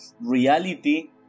reality